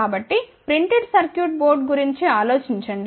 కాబట్టి printed circuit board గురించి ఆలోచించండి